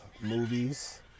movies